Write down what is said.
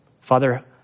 Father